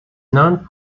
known